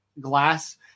glass